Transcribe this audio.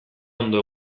ondo